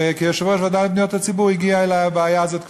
וכיושב-ראש הוועדה לפניות הציבור הגיעה אלי הבעיה הזאת.